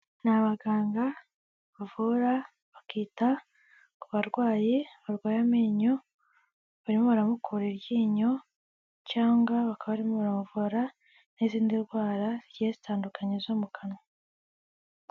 Ni abaganga bavura, bakita ku barwayi barwaye amenyo, barimo baramukura iryinyo cyangwa bakaba barimo baramuvura n'izindi ndwara zigiye zitandukanye zo mu kanwa.